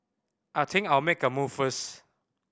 I think I'll make a move first